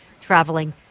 traveling